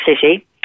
City